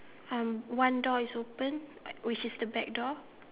um one door is open which is the back door